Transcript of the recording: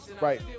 Right